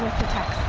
to tuck